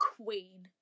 queen